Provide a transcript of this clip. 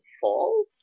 fall